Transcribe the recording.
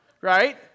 right